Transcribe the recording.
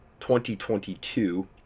2022